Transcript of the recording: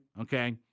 Okay